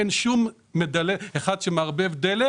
אין שום אחד שמערבב דלק